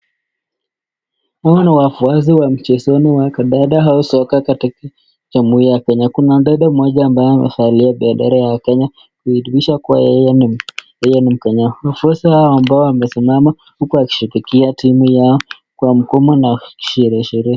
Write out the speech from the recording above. Hawa ni wafuasi wa mchezoni wa kandanda au soka katika jamhuri ya Kenya. Kuna dada mmoja ambaye amevalia bendera ya Kenya, kuadhimisha kuwa yeye ni mkenya. Wafuasi hawa ambao, wamesimama huku wakisherehekea timu yao kwa mgomo na kisherehe sherehe.